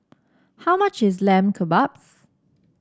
how much is Lamb Kebabs